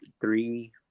three